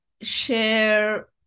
share